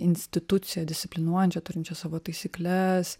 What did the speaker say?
instituciją disciplinuojančią turinčią savo taisykles